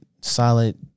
solid